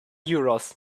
euros